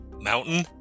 Mountain